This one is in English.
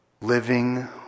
living